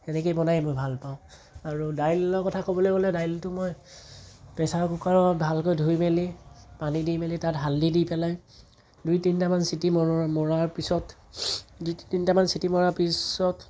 সেনেকেই বনাই মই ভাল পাওঁ আৰু দাইলৰ কথা ক'বলৈ গ'লে দাইলটো মই প্ৰেছাৰ কুকাৰত ভালকৈ ধুই মেলি পানী দি মেলি তাত হালধি দি পেলাই দুই তিনিটামান চিটি মৰ মৰাৰ পিছত দুই তিনিটামান চিটি মৰাৰ পিছত